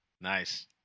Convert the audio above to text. Nice